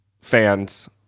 fans